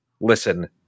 Listen